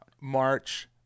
March